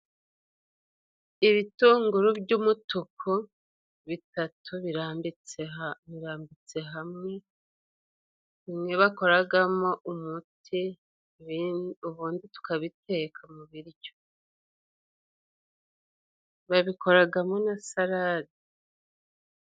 Ibitunguru by'umutuku bitatu birambitse birambitse, hamwe bakoragamo umuti batekamubiryo, babikoragamo na sarade.